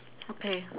okay